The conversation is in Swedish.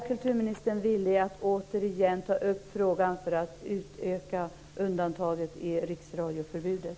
Är kulturministern villig att återigen ta upp frågan för att utöka undantaget i riksradioförbudet?